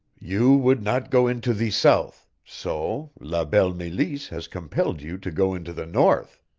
you would not go into the south, so la belle meleese has compelled you to go into the north,